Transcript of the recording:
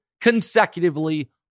consecutively